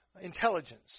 intelligence